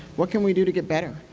what can we do to get better,